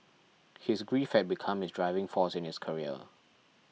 his grief had become his driving force in his career